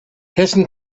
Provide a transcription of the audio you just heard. hessen